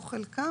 חלקם,